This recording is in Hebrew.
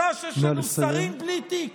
בשעה שיש לנו שרים בלי תיק